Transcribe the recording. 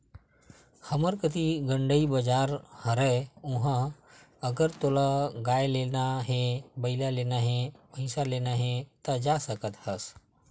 हमर कती गंड़ई बजार हवय उहाँ अगर तोला गाय लेना हे, बइला लेना हे, भइसा लेना हे ता जा सकत हस